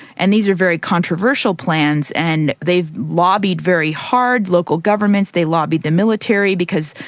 and these are very controversial plans. and they've lobbied very hard, local governments, they lobbied the military because,